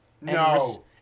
No